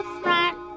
front